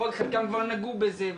חלקם כבר נגעו בזה,